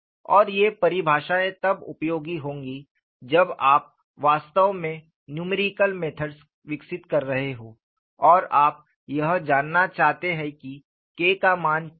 और ये परिभाषाएँ तब उपयोगी होंगी जब आप वास्तव में न्यूमेरिकल मेथड्स विकसित कर रहे हों और आप यह जानना चाहते हैं कि K का मान क्या है